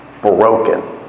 Broken